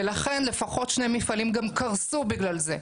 ולכן לפחות שני מפעלים גם קרסו בגלל זה.